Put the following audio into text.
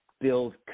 build